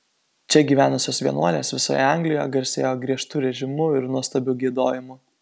čia gyvenusios vienuolės visoje anglijoje garsėjo griežtu režimu ir nuostabiu giedojimu